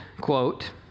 quote